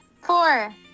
Four